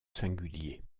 singulier